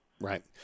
Right